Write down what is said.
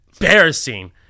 Embarrassing